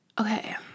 okay